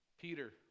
Peter